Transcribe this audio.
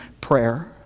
prayer